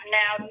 now